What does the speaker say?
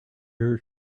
your